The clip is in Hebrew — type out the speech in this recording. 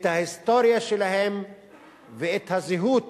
את ההיסטוריה שלהם ואת הזהות